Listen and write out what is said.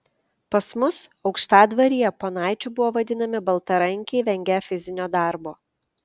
pas mus aukštadvaryje ponaičiu buvo vadinami baltarankiai vengią fizinio darbo